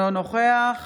אינו נוכח